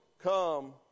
come